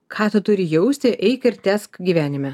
ką tu turi jausti eik ir tęsk gyvenime